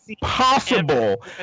possible